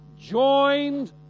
joined